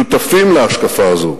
שותפים להשקפה הזאת,